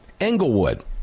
englewood